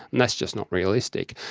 and that's just not realistic.